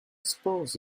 suppose